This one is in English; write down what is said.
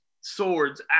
swords